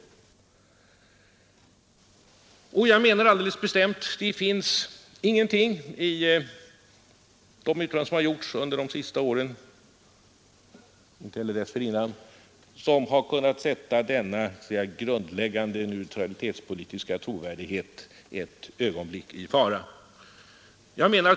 Och jag menar alldeles bestämt att det finns ingenting i de uttalanden som har gjorts under de senaste åren — och inte heller i de uttalanden som gjorts dessförinnan — som har kunnat sätta denna grundläggande neutralitetspolitiska trovärdighet ett ögonblick i fara.